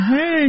Hey